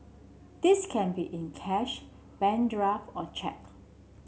this can be in cash bank draft or cheque